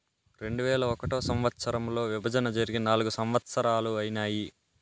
రెండువేల ఒకటో సంవచ్చరంలో విభజన జరిగి నాల్గు సంవత్సరాలు ఐనాయి